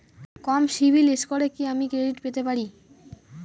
কম CIBIL স্কোরে কি আমি ক্রেডিট পেতে পারি?